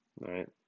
right